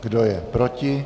Kdo je proti?